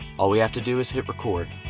all we have to do is hit record.